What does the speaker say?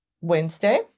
Wednesday